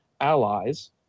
allies